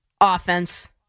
offense